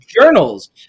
journals